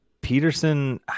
Peterson